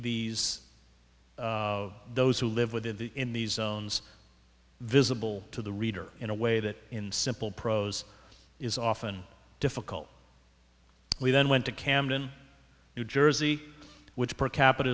these of those who live within the in the zones visible to the reader in a way that in simple prose is often difficult we then went to camden new jersey which per capita